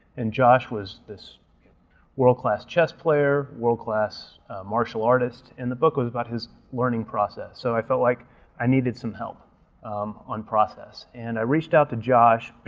and josh was this world-class chess player, world-class martial artist, and the book was about his learning process, so i felt like i needed some help um on process, and i reached out to josh.